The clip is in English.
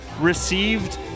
received